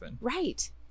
Right